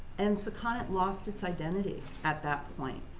and sakonnet lost its identity at that point.